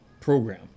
program